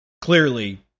clearly